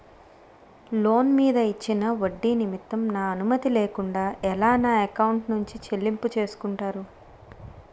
Loan మీద ఇచ్చిన ఒడ్డి నిమిత్తం నా అనుమతి లేకుండా ఎలా నా ఎకౌంట్ నుంచి చెల్లింపు చేసుకుంటారు?